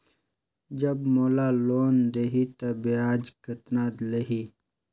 जब मोला लोन देही तो ब्याज कतना लेही?